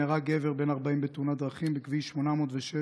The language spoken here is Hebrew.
נהרג גבר בן 40 בתאונת דרכים בכביש 806,